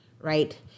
right